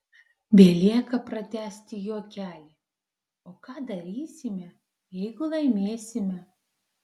belieka pratęsti juokelį o ką darysime jeigu laimėsime